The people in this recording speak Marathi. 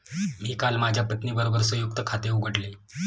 मी काल माझ्या पत्नीबरोबर संयुक्त खाते उघडले